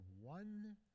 one